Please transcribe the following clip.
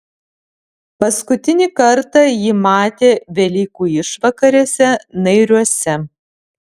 paskutinį kartą jį matė velykų išvakarėse nairiuose